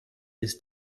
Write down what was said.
ist